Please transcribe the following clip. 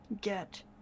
get